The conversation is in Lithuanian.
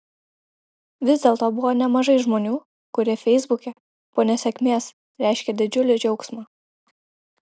vis dėlto buvo nemažai žmonių kurie feisbuke po nesėkmės reiškė didžiulį džiaugsmą